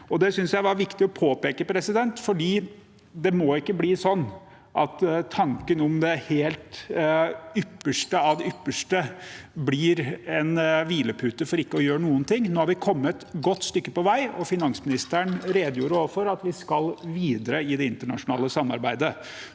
jeg var viktig å påpeke, for det må ikke bli sånn at tanken om det helt ypperste av det ypperste blir en hvilepute for ikke å gjøre noen ting. Nå har vi kommet et godt stykke på vei, og finansministeren redegjorde også for at vi skal videre i det internasjonale samarbeidet.